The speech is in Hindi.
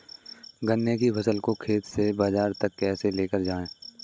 गन्ने की फसल को खेत से बाजार तक कैसे लेकर जाएँ?